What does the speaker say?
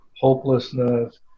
hopelessness